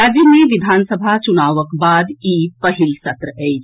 राज्य मे विधानसभा चुनावक बाद ई पहिल सत्र अछि